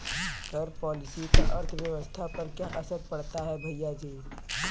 कर पॉलिसी का अर्थव्यवस्था पर क्या असर पड़ता है, भैयाजी?